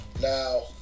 Now